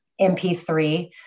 MP3